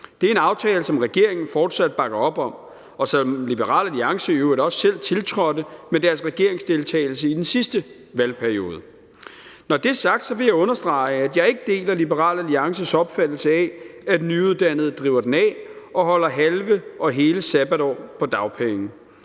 Det er en aftale, som regeringen fortsat bakker op om, og som Liberal Alliance i øvrigt også selv tiltrådte med deres regeringsdeltagelse i sidste valgperiode. Når det er sagt, vil jeg understrege, at jeg ikke deler Liberal Alliances opfattelse af, at nyuddannede driver den af og holder halve og hele sabbatår på dagpenge.